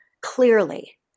clearly